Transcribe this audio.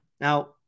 Now